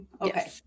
Okay